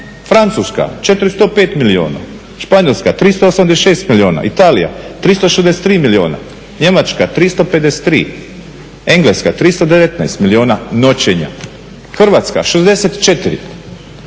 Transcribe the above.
Francuska 405 milijuna, Španjolska 386 milijuna, Italija 363 milijuna, Njemačka 353, Engleska 319 milijuna noćenja, Hrvatska 64.